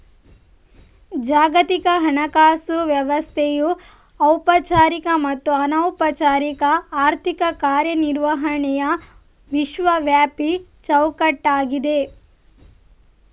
ಜಾಗತಿಕ ಹಣಕಾಸು ವ್ಯವಸ್ಥೆಯು ಔಪಚಾರಿಕ ಮತ್ತು ಅನೌಪಚಾರಿಕ ಆರ್ಥಿಕ ಕಾರ್ಯ ನಿರ್ವಹಣೆಯ ವಿಶ್ವವ್ಯಾಪಿ ಚೌಕಟ್ಟಾಗಿದೆ